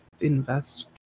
invest